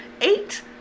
eight